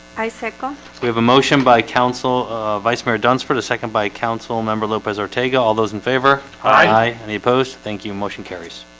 i said we have a motion by council vice mayor dunsford a second by councilmember lopez, ortega. all those in favor. aye hi any opposed? thank you motion carries.